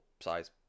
size